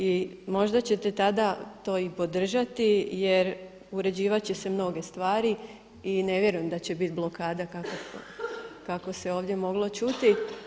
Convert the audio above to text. I možda ćete tada to i podržati jer uređivati će se mnoge stvari i ne vjerujem da će biti blokada kako se ovdje moglo čuti.